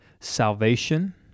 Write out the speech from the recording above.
salvation